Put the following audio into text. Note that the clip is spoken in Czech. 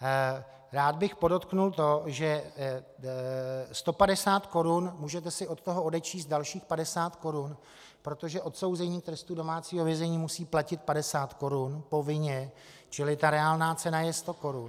Rád bych podotkl, že 150 korun, můžete si od toho odečíst dalších 50 korun, protože odsouzení k trestu domácího vězení musí platit 50 korun povinně, čili ta reálná cena je 100 korun.